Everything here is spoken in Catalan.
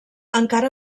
encara